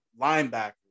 linebacker